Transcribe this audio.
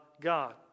God